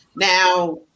Now